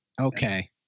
Okay